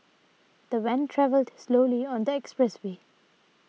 the van travelled slowly on the expressway